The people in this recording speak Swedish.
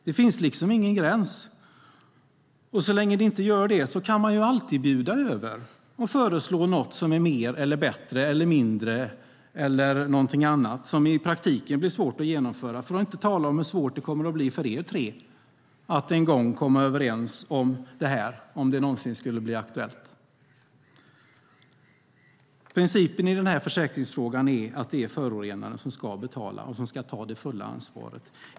Det finns ingen gräns, och så länge det inte gör det kan man alltid bjuda över och föreslå något som är mer, bättre, mindre eller någonting annat som i praktiken blir svårt att genomföra, för att inte tala om hur svårt det kommer att bli för er tre att en gång komma överens om det här om det någonsin skulle bli aktuellt. Principen i den här försäkringsfrågan är att det är förorenaren som ska betala och som ska ta det fulla ansvaret.